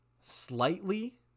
Slightly